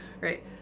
Right